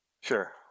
Sure